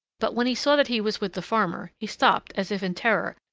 but when he saw that he was with the farmer, he stopped as if in terror,